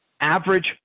average